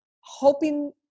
hoping